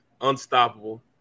unstoppable